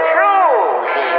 True